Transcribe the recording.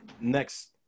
Next